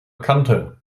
kante